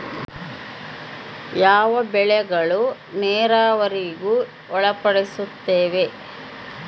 ಯಾವ ಬೆಳೆಗಳು ನೇರಾವರಿಗೆ ಒಳಪಡುತ್ತವೆ?